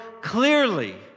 clearly